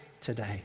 today